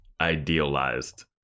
idealized